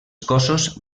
cossos